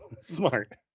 Smart